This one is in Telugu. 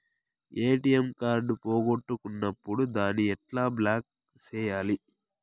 ఎ.టి.ఎం కార్డు పోగొట్టుకున్నప్పుడు దాన్ని ఎట్లా బ్లాక్ సేయాలి